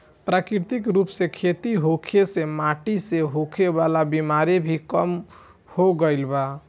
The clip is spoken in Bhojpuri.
प्राकृतिक रूप से खेती होखे से माटी से होखे वाला बिमारी भी कम हो गईल बा